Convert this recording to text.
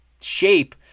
shape